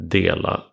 dela